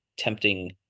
tempting